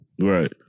Right